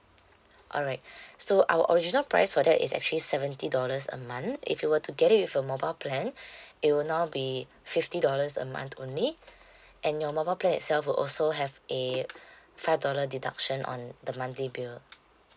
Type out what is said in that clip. alright so our original price for that is actually seventy dollars a month if you were to get it with a mobile plan it will now be fifty dollars a month only and your mobile plan itself will also have a five dollar deduction on the monthly bill